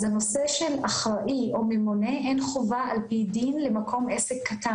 אז הנושא של אחראי או ממונה הן חובה על פי דין לעסק קטן,